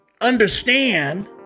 understand